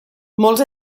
molts